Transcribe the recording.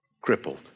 crippled